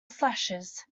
slashes